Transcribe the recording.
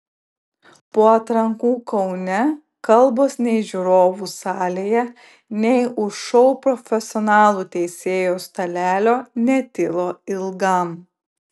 po atrankų kaune kalbos nei žiūrovų salėje nei už šou profesionalų teisėjų stalelio netilo ilgam